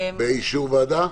באישור ועדה?